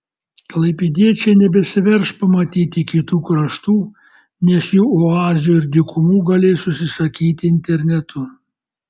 klaipėdiečiai nebesiverš pamatyti kitų kraštų nes jų oazių ir dykumų galės užsisakyti internetu